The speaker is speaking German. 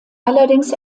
allerdings